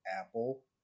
Apple